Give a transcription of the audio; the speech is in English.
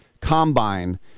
combine